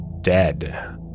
dead